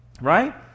Right